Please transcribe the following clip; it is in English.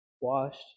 washed